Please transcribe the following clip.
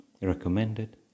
recommended